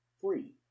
free